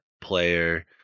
player